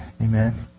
Amen